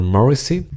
Morrissey